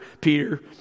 Peter